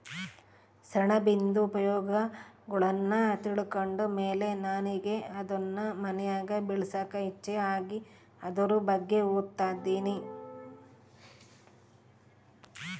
ಸೆಣಬಿಂದು ಉಪಯೋಗಗುಳ್ನ ತಿಳ್ಕಂಡ್ ಮೇಲೆ ನನಿಗೆ ಅದುನ್ ಮನ್ಯಾಗ್ ಬೆಳ್ಸಾಕ ಇಚ್ಚೆ ಆಗಿ ಅದುರ್ ಬಗ್ಗೆ ಓದ್ತದಿನಿ